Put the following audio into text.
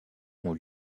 ont